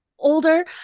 Older